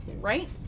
right